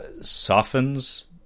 softens